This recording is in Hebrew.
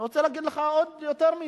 אני רוצה להגיד לך יותר מזה.